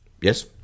Yes